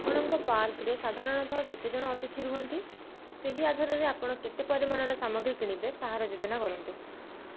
ଆପଣଙ୍କ ପାର୍କରେ ସାଧାରଣତଃ କେତେଜଣ ଅତିଥି ରୁହନ୍ତି ସେହି ଆଧାରରେ ଆପଣ କେତେ ପରିମାଣର ସାମଗ୍ରୀ କିଣିବେ ତାହାର ଯୋଜନା କରନ୍ତୁ